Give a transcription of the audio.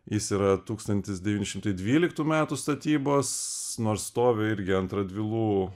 jis yra tūkstantis devyni šimtai dvyliktų metų statybos nors stovi irgi ant radvilų